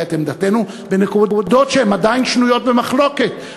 את עמדתנו בנקודות שעדיין שנויות במחלוקת,